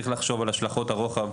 צריך לחשוב על השלכות הרוחב.